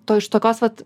to iš tokios vat